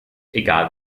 egal